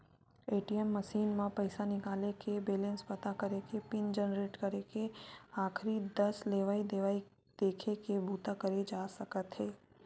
ATM machine म पइसा निकाले के, बेलेंस पता करे के, पिन जनरेट करे के, आखरी दस लेवइ देवइ देखे के बूता करे जा सकत हे